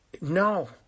No